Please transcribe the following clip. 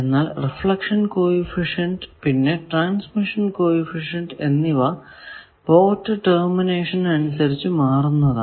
എന്നാൽ reflection coefficient പിന്നെ transmission coefficient എന്നിവ പോർട്ട് ടെർമിനേഷൻ അനുസരിച്ചു മാറുന്നതാണ്